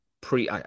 Pre